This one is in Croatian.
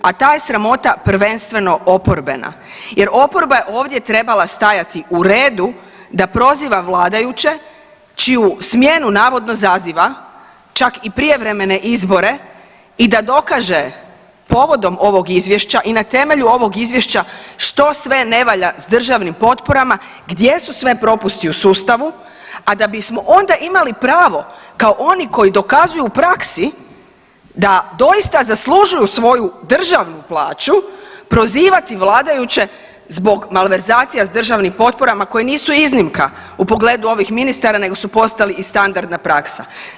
A ta je sramota prvenstveno oporbena jer oporba je ovdje treba stajati u redu da proziva vladajuće čiju smjenu navodno zaziva čak i prijevremene izbore i da dokaže povodom ovog izvješća i na temelju ovog izvješća što sve ne valja s državnim potporama, gdje su sve propusti u sustavu, a da bismo onda imali pravo kao oni koji dokazuju u praksi da doista zaslužuju svoju državnu plaću prozivati vladajuće zbog malverzacija s državnim potporama koje nisu iznimka u pogledu ovih ministara nego su postali i standardna praksa.